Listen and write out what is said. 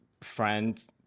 friend's